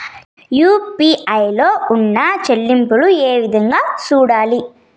UPI లో ఉన్న చెల్లింపులు ఏ విధంగా సూడాలి